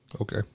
Okay